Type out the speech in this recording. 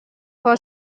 for